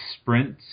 Sprint